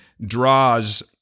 draws